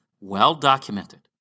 Well-documented